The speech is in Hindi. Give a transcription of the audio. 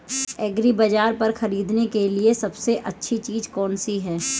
एग्रीबाज़ार पर खरीदने के लिए सबसे अच्छी चीज़ कौनसी है?